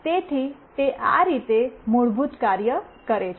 તેથી આ રીતે તે મૂળભૂત કાર્ય કરે છે